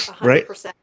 right